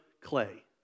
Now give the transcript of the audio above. clay